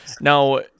Now